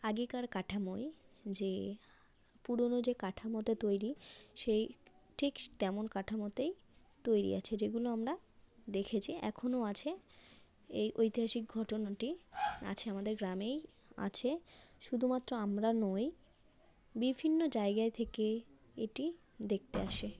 আগেকার কাঠামোয় যে পুরনো যে কাঠামোতে তৈরি সেই ঠিক তেমন কাঠামোতেই তৈরি আছে যেগুলো আমরা দেখেছি এখনও আছে এই ঐতিহাসিক ঘটনাটি আছে আমাদের গ্রামেই আছে শুধুমাত্র আমরা নই বিভিন্ন জায়গায় থেকে এটি দেখতে আসে